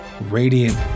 radiant